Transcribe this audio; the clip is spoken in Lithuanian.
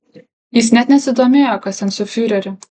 jis net nesidomėjo kas ten su fiureriu